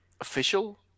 official